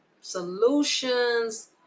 solutions